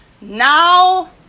now